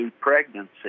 pregnancy